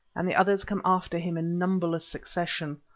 and the others come after him in numberless succession,